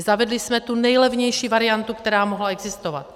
Zavedli jsme tu nejlevnější variantu, která mohla existovat.